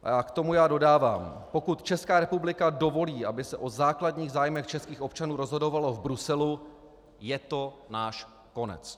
K tomu já dodávám: pokud Česká republika dovolí, aby se o základních zájmech českých občanů rozhodovalo v Bruselu, je to náš konec.